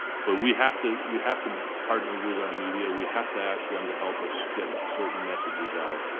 but we have to we have to partner with our media. we have to ask them to help us get certain messages out.